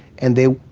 and they,